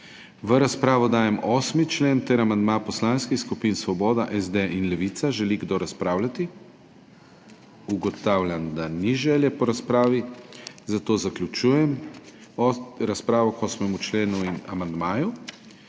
V razpravo dajem 8. člen ter amandma poslanskih skupin Svoboda, SD in Levica. Želi kdo razpravljati? Ugotavljam, da ni želje po razpravi, zato zaključujem razpravo k 8. členu in amandmaju.